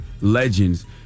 legends